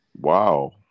Wow